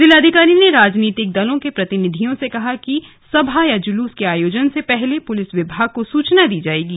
जिलाधिकारी ने राजनीतिक दलों के प्रतिनिधियों से कहा कि सभा या जुलूस के आयोजन से पहले पुलिस विभाग को सभी सूचना दी जाएगी